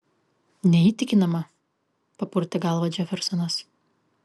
neįtikinama papurtė galvą džefersonas